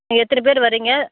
நீங்கள் எத்தனை பேர் வர்றீங்க